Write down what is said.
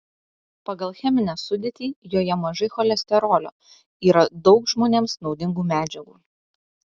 pagal cheminę sudėtį joje mažai cholesterolio yra daug žmonėms naudingų medžiagų